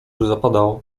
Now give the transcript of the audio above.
zapadał